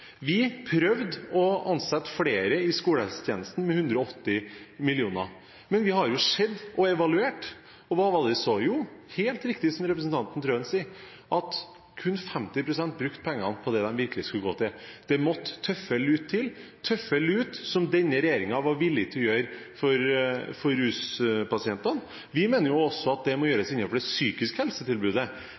Vi prøvde å ansette flere i skolehelsetjenesten med 180 mill. kr, men vi har sett og evaluert. Og hva var det vi så? Jo, det er helt riktig, som representanten Wilhelmsen Trøen sier, at kun 50 pst. brukte pengene på det de virkelig skulle gå til. Det måtte sterkere lut til, sterkere lut som denne regjeringen var villig til å bruke når det gjelder ruspasientene. Vi mener at det også må gjøres innenfor det psykiske helsetilbudet,